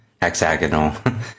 hexagonal